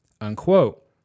Unquote